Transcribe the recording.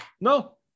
No